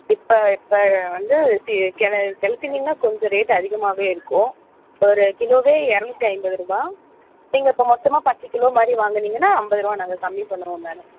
இப்போ இப்போ வந்து சி கெள கெளுத்தி மீனெலாம் கொஞ்சம் ரேட் அதிகமாகவே இருக்கும் ஒரு கிலோவே இரநூத்தி ஐம்பது ரூபாய் நீங்கள் இப்போ மொத்தமாக பத்து கிலோ மாதிரி வாங்கினீங்கனா ஐம்பது ரூபாய் நாங்கள் கம்மி பண்ணுவோம் மேடம்